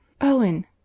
Owen